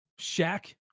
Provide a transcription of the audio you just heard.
Shaq